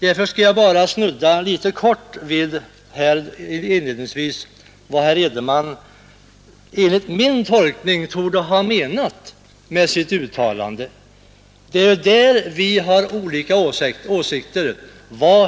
Jag skall inled ningsvis bara helt kortfattat snudda vid vad herr Edenman enligt min tolkning torde ha menat med sitt uttalande — det är ju om det vi har olika åsikter.